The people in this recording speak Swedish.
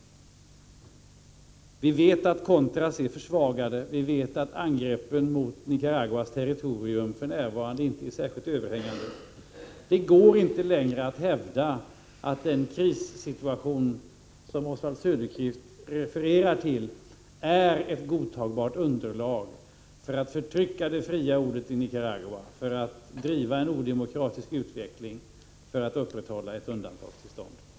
Vi vet att contras är försvagade, och vi vet att angreppen mot Nicaraguas territorium för närvarande inte är särskilt överhängande. Det går inte längre att hävda att den krissituation som Oswald Söderqvist refererar till är ett godtagbart underlag för att förtrycka det fria ordet, för att driva en odemokratisk utveckling, för att upprätthålla ett undantagstillstånd i Nicaragua.